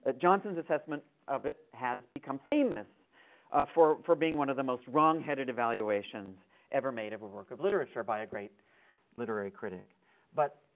ah johnson's assessment of it has become famous for for being one of the most wrong-headed evaluations ever made of a work of literature by a great literary critic but